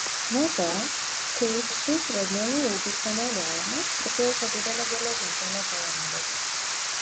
nuo to kaip šis riedmenų ūkis panaudojamas priklauso didelė geležinkelio pajamų dalis